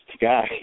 guy